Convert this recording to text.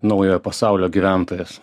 naujojo pasaulio gyventojas